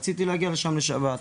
רציתי להגיע לשם לשבת.